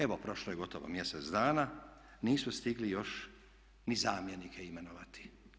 Evo prošlo je gotovo mjesec dana, nisu stigli još ni zamjenike imenovati.